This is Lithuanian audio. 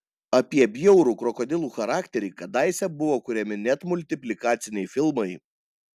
apie bjaurų krokodilų charakterį kadaise buvo kuriami net multiplikaciniai filmai